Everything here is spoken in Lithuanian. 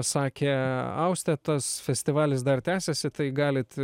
sakė austė tas festivalis dar tęsiasi tai galit